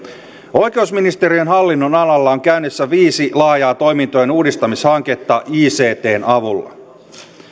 oikeusministeriön hallinnonalalla on käynnissä viisi laajaa toimintojen uudistamishanketta ictn avulla